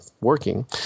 working